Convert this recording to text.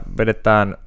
vedetään